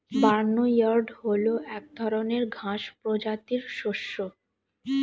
barnyard হল এক ধরনের ঘাস প্রজাতির শস্য